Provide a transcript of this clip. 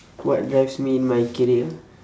what drives me in my career